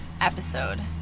episode